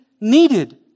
needed